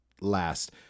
last